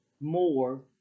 more